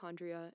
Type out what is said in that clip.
mitochondria